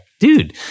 Dude